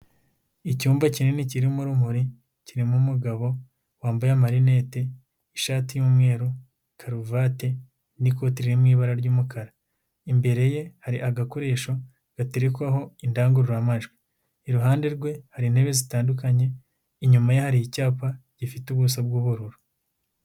Icyumba kinini kirimo urumuri, kirimo umugabo wambaye amarinete, ishati y'umweru, karuvate n'ikoti riwi ibara ry'umukara, imbere ye hari agakoresho gaterekwaho indangururamajwi, iruhande rwe hari intebe zitandukanye, inyuma ye hari icyapa gifite ubuso bw'ubururu.